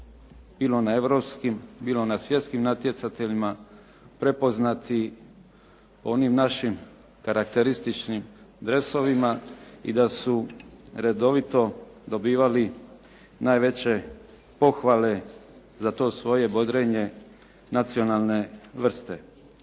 bilo na europskim bilo na svjetskim natjecanjima prepoznati onim našim karakterističnim dresovima i da su redovito dobivali najveće pohvale za to svoje bodrenje nacionalne vrste.